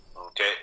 Okay